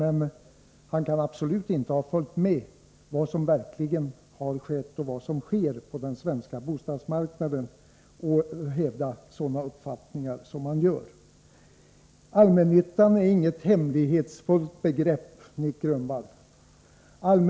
Han kan dock absolut inte ha följt med vad som verkligen har skett och sker på den svenska bostadsmarknaden när han hävdar sådana uppfattningar som han gör. Allmännyttan är inget hemlighetsfullt begrepp, Nic Grönvall.